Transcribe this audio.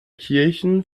kirchen